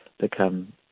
become